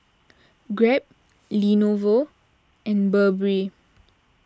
Grab Lenovo and Burberry